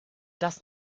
das